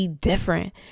different